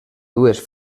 dues